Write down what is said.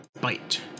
bite